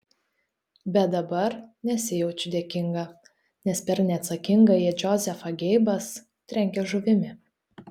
bet dabar nesijaučiu dėkinga nes per neatsakingąjį džozefą geibas trenkia žuvimi